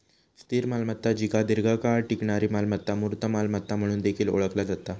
स्थिर मालमत्ता जिका दीर्घकाळ टिकणारी मालमत्ता, मूर्त मालमत्ता म्हणून देखील ओळखला जाता